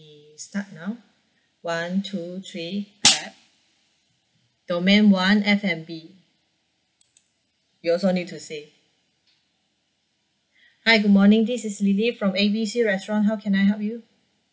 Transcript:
we start now one two three clap domain one F&B you also need to say hi good morning this is lily from A B C restaurant how can I help you